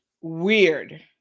weird